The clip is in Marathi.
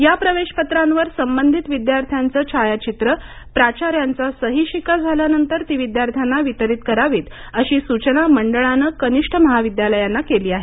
या प्रवेशपत्रांवर संबधित विद्यार्थ्याचं छायाचित्र प्राचार्यांचा सही शिक्का झाल्यानंतर ती विद्यार्थ्यांना वितरीत करावीत अशी सूचना मंडळानं कनिष्ठ महाविद्यालयांना केली आहे